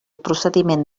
procediment